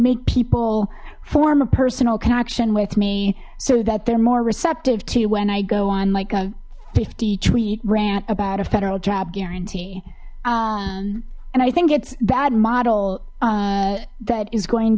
make people form a personal connection with me so that they're more receptive to when i go on like fifty tweet rant about a federal job guarantee and i think it's that model that is going